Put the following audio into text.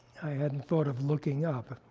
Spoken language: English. i hadn't thought of looking up.